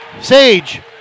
Sage